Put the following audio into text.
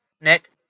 Nick